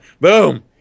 Boom